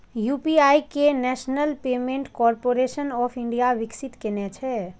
UPI कें national payments corporation of India विकसित केने छै